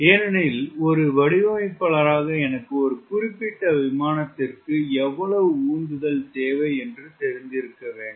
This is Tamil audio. ஏனெனில் ஒரு வடிவமைப்பாளராக எனக்கு ஒரு குறிப்பிட்ட விமானத்திற்கு எவ்வளவு உந்துதல் தேவை என்று தெரிந்திருக்க வேண்டும்